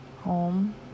home